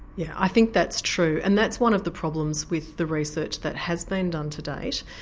yeah i think that's true. and that's one of the problems with the research that has been done to date.